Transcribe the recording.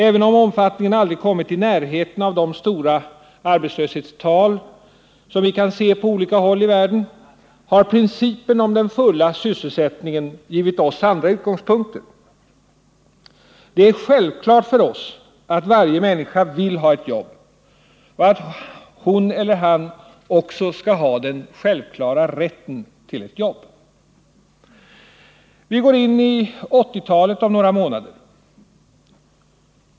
Även om omfattningen aldrig kommit i närheten av de stora arbetslöshetstal som vi kan se på olika håll i världen, har principen om den fulla sysselsättningen givit oss andra utgångspunkter. Det är självklart för oss att varje människa vill ha ett jobb och att hon eller han också skall ha den självklara rätten till ett jobb. Vi går in i 1980-talet om några månader.